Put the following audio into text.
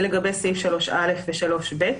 זה לגבי סעיף (3א) ו-(3ב).